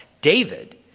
David